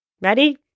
Ready